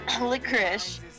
Licorice